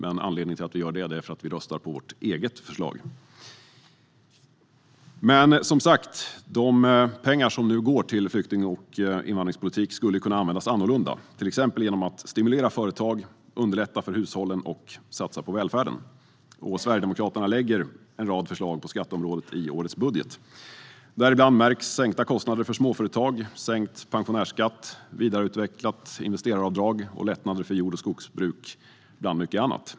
Anledningen till att vi gör detta är att vi röstar på vårt eget förslag. De pengar som nu går till flykting och invandringspolitik skulle kunna användas annorlunda - exempelvis till att stimulera företag, underlätta för hushållen och satsa på välfärden. Sverigedemokraterna lägger fram en rad förslag på skatteområdet i årets budget. Där märks, bland mycket annat, sänkta kostnader för småföretag, sänkt pensionärsskatt, vidareutvecklat investeraravdrag och lättnader för jord och skogsbruk.